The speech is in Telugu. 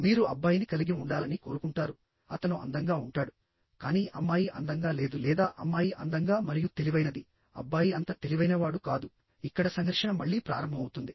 మీరు అబ్బాయిని కలిగి ఉండాలని కోరుకుంటారు అతను అందంగా ఉంటాడు కానీ అమ్మాయి అందంగా లేదు లేదా అమ్మాయి అందంగా మరియు తెలివైనది అబ్బాయి అంత తెలివైనవాడు కాదు ఇక్కడ సంఘర్షణ మళ్లీ ప్రారంభమవుతుంది